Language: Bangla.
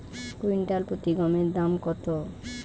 কুইন্টাল প্রতি গমের দাম কত?